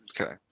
Okay